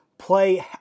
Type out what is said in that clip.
play